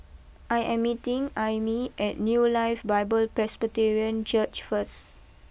I am meeting Aimee at new Life Bible Presbyterian Church first